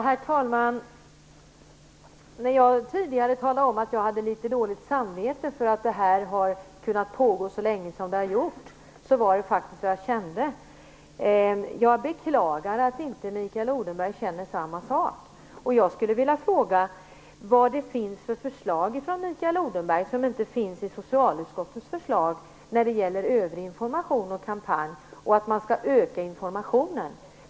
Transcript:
Herr talman! När jag tidigare talade om att jag hade litet dåligt samvete för att det har kunnat pågå så länge som det har gjort var det faktiskt vad jag kände. Jag beklagar att Mikael Odenberg inte känner samma sak. Jag skulle vilja fråga vad det finns för förslag från Mikael Odenberg som inte finns i socialutskottets förslag när det gäller övrig information och kampanj och att man skall öka informationen.